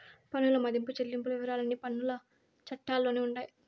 పన్నుల మదింపు చెల్లింపుల వివరాలన్నీ పన్నుల చట్టాల్లోనే ఉండాయి